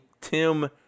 Tim